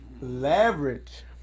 Leverage